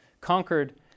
conquered